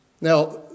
Now